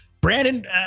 Brandon